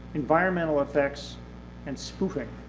environmental effects and spoofing.